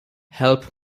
help